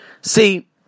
See